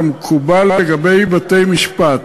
כמקובל לגבי בתי-משפט.